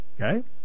Okay